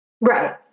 Right